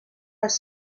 les